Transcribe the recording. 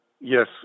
yes